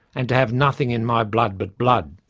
and to have nothing in my blood but blood.